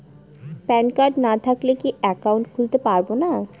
Pan card না থাকলে কি একাউন্ট খুলতে পারবো না?